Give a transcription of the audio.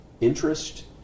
interest